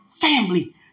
family